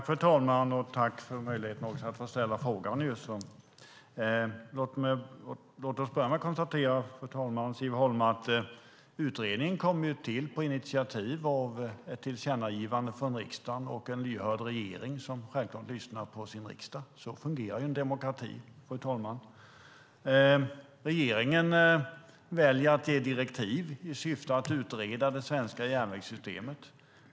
Fru talman! Tack för möjligheten att få ställa frågan! Låt oss börja med att konstatera att utredningen kom till genom ett tillkännagivande från riksdagen, och en lyhörd regering lyssnar självklart på sin riksdag. Så fungerar en demokrati. Regeringen väljer att ge direktiv i syfte att utreda det svenska järnvägssystemet.